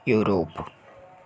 Europe